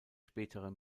spätere